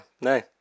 no